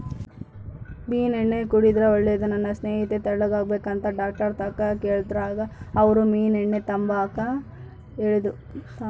ಮೀನೆಣ್ಣೆ ಕುಡುದ್ರೆ ಒಳ್ಳೇದು, ನನ್ ಸ್ನೇಹಿತೆ ತೆಳ್ಳುಗಾಗ್ಬೇಕಂತ ಡಾಕ್ಟರ್ತಾಕ ಕೇಳ್ದಾಗ ಅವ್ರು ಮೀನೆಣ್ಣೆ ತಾಂಬಾಕ ಹೇಳಿದ್ರು